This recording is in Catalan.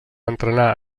entrenar